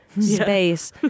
space